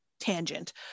tangent